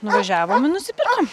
nuvažiavom i nusipirkom